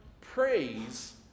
praise